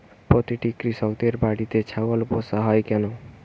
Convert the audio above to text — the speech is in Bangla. প্রতিটি কৃষকদের বাড়িতে ছাগল পোষা হয় কেন?